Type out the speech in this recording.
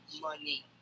money